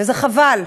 וזה חבל,